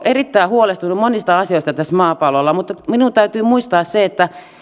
erittäin huolestunut monista asioista tällä maapallolla mutta minun täytyy muistaa se että